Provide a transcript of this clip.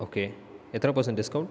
okay எத்தனை percent discount